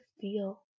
feel